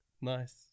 Nice